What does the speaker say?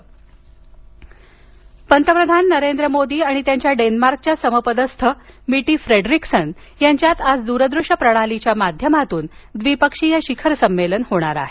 बैठक पंतप्रधान नरेंद्र मोदी आणि त्यांच्या डेन्मार्कच्या समपदस्थ मिटी फ्रेडरिक्सन यांच्यात आज द्रदृष्य प्रणालीच्या माध्यमातून द्विपक्षीय शिखर संमेलन होणार आहे